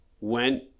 went